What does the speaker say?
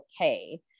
okay